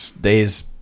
days